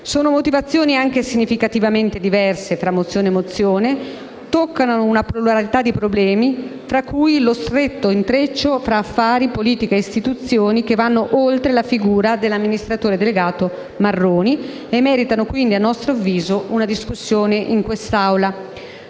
Sono motivazioni anche significativamente diverse tra mozione e mozione: toccano una pluralità di problemi - tra cui lo stretto intreccio tra affari, politica e istituzioni - che vanno oltre alla figura dell'amministratore delegato Marroni e meritano quindi - a nostro avviso - una discussione in questa